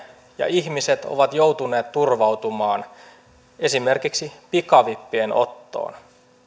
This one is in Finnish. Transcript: ja ihmiset ovat joutuneet turvautumaan esimerkiksi pikavippien ottoon